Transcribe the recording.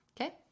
okay